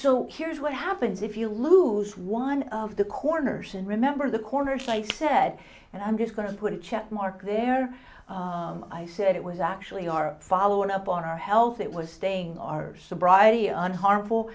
so here's what happens if you lose one of the corners and remember the corner she said and i'm just going to put a check mark there i said it was actually are following up on our health it was staying our sobriety on harm